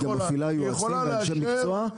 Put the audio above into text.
היא גם מפעילה יועצים ואנשי מקצוע,